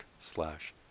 slash